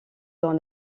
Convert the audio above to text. dans